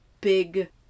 big